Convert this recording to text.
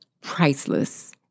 priceless